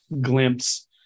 glimpse